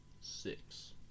six